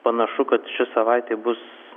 panašu kad ši savaitė bus